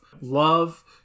love